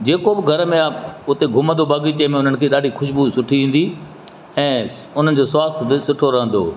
जेको बि घर में आहे उते घुमंदो बाग़ीचे में उन्हनि खे ॾाढी ख़ुशबू सुठी ईंदी ऐं उन्हनि जो स्वास्थ बि सुठो रहंदो